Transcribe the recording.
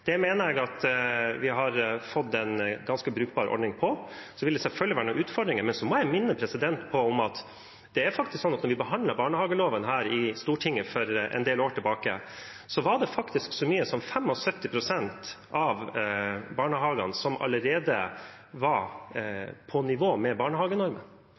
Det mener jeg at vi har fått en ganske brukbar ordning på. Det vil selvfølgelig være noen utfordringer, men jeg vil minne om at da vi behandlet barnehageloven i Stortinget for en del år tilbake, var det faktisk så mye som 75 pst. av barnehagene som allerede var på nivå med barnehagenormen.